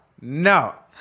No